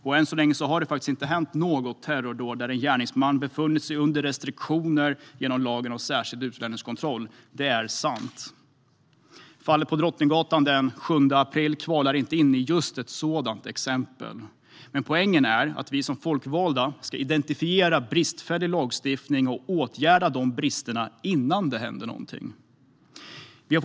Och än så länge har vi inte haft något terrordåd där en gärningsman befunnit sig under restriktioner genom lagen om särskild utlänningskontroll i Sverige; det är sant. Fallet på Drottninggatan den 7 april är alltså inte ett sådant exempel, men poängen är att vi som folkvalda ska identifiera bristfällig lagstiftning och åtgärda bristerna innan någonting händer.